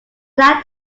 that